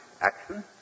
action